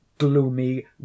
gloomy